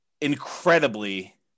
incredibly